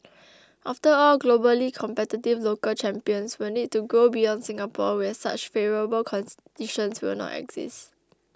after all globally competitive local champions will need to grow beyond Singapore where such favourable will not exist